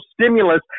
stimulus